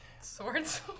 Swords